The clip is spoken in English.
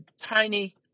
tiny